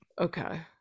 okay